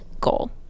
goal